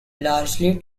largely